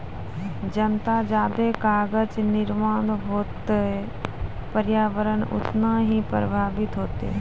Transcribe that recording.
जतना जादे कागज निर्माण होतै प्रर्यावरण उतना ही प्रभाबित होतै